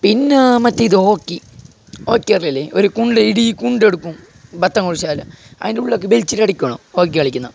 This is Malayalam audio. പിന്നെ മറ്റേ ഇത് ഹോക്കി ഹോക്കി പറയിലില്ലേ ഒരു കുണ്ഡ് ഇതീ കുണ്ടെടുക്കും അതിനുള്ളിലേക്ക് വലിച്ചിട്ട് അടിക്കുന്നത് ഹോക്കി കളിക്കുന്നത്